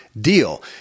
deal